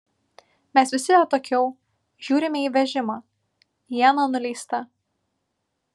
mes visi atokiau žiūrime į vežimą iena nuleista